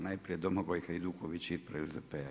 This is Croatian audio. Najprije Domagoj Hajduković ispred SDP-a.